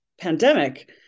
pandemic